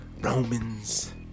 Romans